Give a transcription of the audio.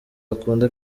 akunda